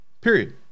Period